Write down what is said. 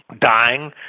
dying